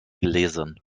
gelesen